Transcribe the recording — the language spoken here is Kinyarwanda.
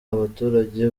abaturage